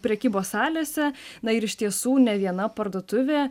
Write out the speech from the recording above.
prekybos salėse na ir iš tiesų ne viena parduotuvė